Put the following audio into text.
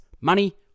money